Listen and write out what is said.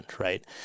right